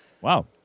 Wow